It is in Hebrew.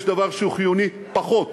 יש דבר שהוא חיוני פחות,